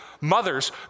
mothers